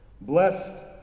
Blessed